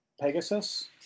Pegasus